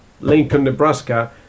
Lincoln-Nebraska